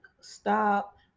stop